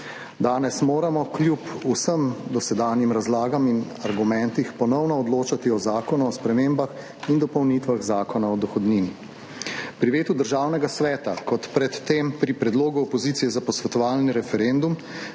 (nadaljevanje) in argumentih ponovno odločati o Zakonu o spremembah in dopolnitvah Zakona o dohodnini. Pri vetu Državnega sveta, kot pred tem pri predlogu opozicije za posvetovalni referendum,